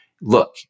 look